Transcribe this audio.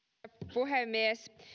puhemies